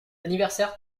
anniversaire